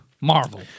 Marvel